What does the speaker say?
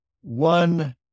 one